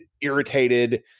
irritated